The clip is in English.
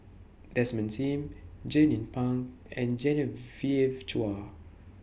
Desmond SIM Jernnine Pang and Genevieve Chua